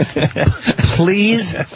Please